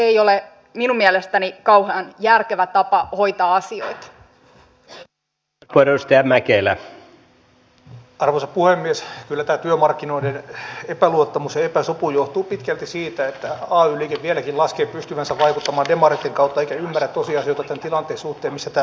kutsuttiinpa sitä nyt sitten kilpailukykypaketiksi taikka pakkolakipaketiksi rakkaalla lapsella on monta nimeä niin kuitenkin lähes kaikki ne talousasiantuntijat jotka ovat siitä lausunnon antaneet ovat nimenomaan epäilleet että se alkuvaiheessa hyydyttää meidän kotimarkkinoita ja sitä kautta työllisyyttä